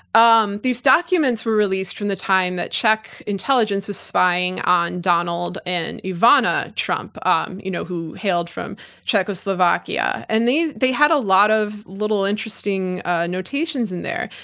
um these documents were released from the time that czech intelligence was spying on donald and ivana trump, um you know who hailed from czechoslovakia and they had a lot of little interesting notations in there.